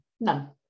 none